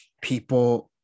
people